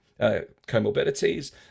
comorbidities